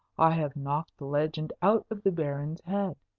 i have knocked the legend out of the baron's head.